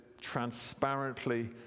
transparently